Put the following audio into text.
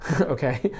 okay